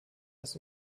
das